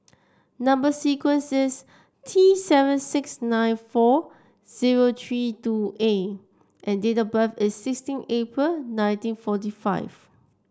number sequence is T seven six nine four zero three two A and date of birth is sixteen April nineteen forty five